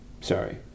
sorry